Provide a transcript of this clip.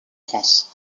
france